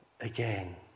again